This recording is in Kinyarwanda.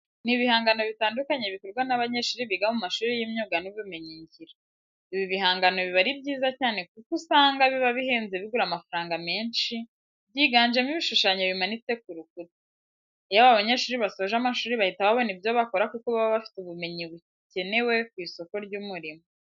Ni ibihangano bitandukanye bikorwa n'abanyeshuri biga mu mashuri y'imyuga n'ubumenyingiro. Ibi bigangano biba ari byiza cyane kuko usanga biba bihenze bigura amafaranga menshi, byiganjemo ibishushanyo bimanitse ku rukuta. Iyo aba banyeshuri basoje amashuri bahita babona ibyo bakora kuko baba bafite ubumenyi bukenewe ku isoko ry'umurimo.